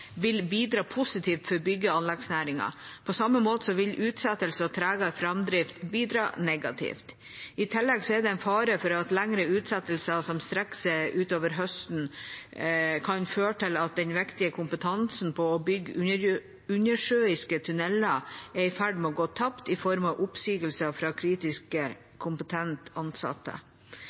vil bidra positivt for bygg- og anleggsnæringen. På samme måte vil utsettelser og tregere framdrift bidra negativt. I tillegg er det en fare for at lengre utsettelser som strekker seg utover høsten, kan føre til at den viktige kompetansen på å bygge undersjøiske tunneler er i ferd med å gå tapt i form av oppsigelser fra kritisk kompetente ansatte.